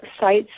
sites